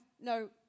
no